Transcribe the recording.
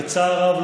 בצער רב,